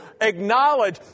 acknowledge